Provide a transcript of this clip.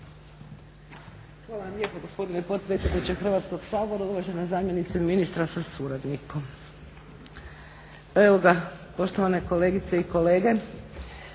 Hvala vam lijepo gospodine potpredsjedniče Hrvatskog sabora, uvažena zamjenice ministra sa suradnikom. Pa evo ga poštovane kolegice i kolege